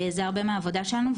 זה חלק גדול מהעבודה שלנו.